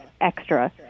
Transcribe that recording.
extra